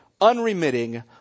unremitting